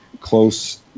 close